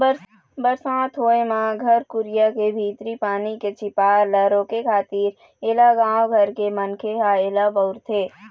बरसात होय म घर कुरिया के भीतरी पानी के झिपार ल रोके खातिर ऐला गाँव घर के मनखे ह ऐला बउरथे